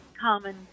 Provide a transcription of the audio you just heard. common